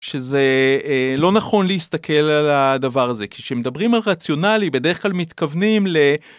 שזה לא נכון להסתכל על הדבר הזה כי כשמדברים על רציונלי בדרך כלל מתכוונים ל